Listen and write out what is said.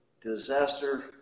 disaster